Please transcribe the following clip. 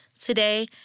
today